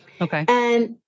Okay